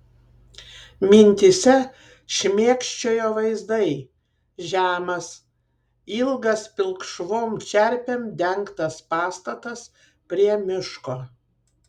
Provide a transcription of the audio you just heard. mintyse šmėkščiojo vaizdai žemas ilgas pilkšvom čerpėm dengtas pastatas prie miško